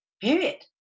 period